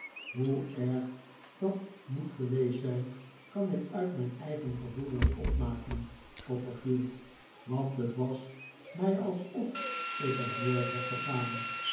hoe erg dat moet geweest zijn kan ik uit mijn eigen gevoel wel opmaken copperfield want het was mij alsof ik een moord had begaan